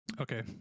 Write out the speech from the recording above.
Okay